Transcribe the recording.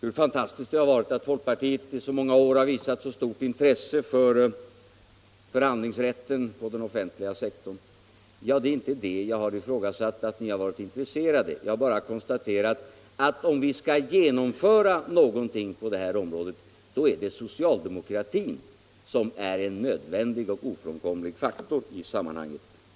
hur fantastiskt det är att folkpartiet i så många år har visat stort intresse för förhandlingsrätten på den offentliga sektorn. Jag har inte ifrågasatt att ni har varit intresserade. Jag har bara konstaterat att om ni skall genomföra någonting på det här området är socialdemokratin en nödvändig och ofrånkomlig faktor i sammanhanget.